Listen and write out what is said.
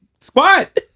Squat